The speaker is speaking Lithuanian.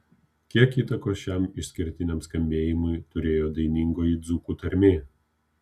kiek įtakos šiam išskirtiniam skambėjimui turėjo dainingoji dzūkų tarmė